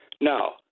Now